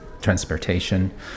transportation